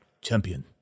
champion